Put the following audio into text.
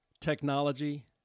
technology